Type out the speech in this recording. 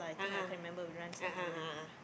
a'ah a'ah a'ah